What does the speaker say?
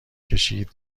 کشید